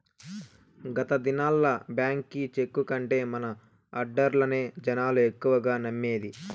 గత దినాల్ల బాంకీ చెక్కు కంటే మన ఆడ్డర్లనే జనాలు ఎక్కువగా నమ్మేది